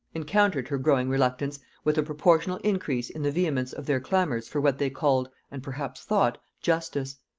encountered her growing reluctance with a proportional increase in the vehemence of their clamors for what they called, and perhaps thought, justice.